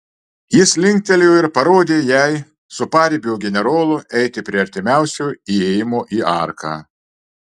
jis linktelėjo ir parodė jai su paribio generolu eiti prie artimiausio įėjimo į arką